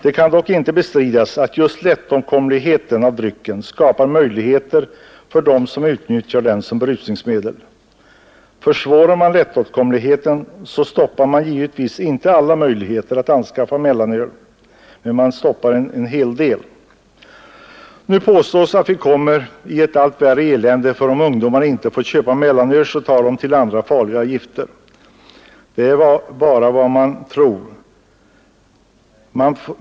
Det kan dock inte bestridas att just dryckens lättåtkomlighet skapar möjligheter för dem som utnyttjar den som berusningsmedel. Försvårar man åtkomligheten stoppar man givetvis inte alla möjligheter att anskaffa mellanöl, men man stoppar det mesta. Nu påstås det att vi hamnar i ett allt värre elände, för om ungdomarna inte får köpa mellanöl så tar de till andra farliga gifter. Det är bara vad man tror.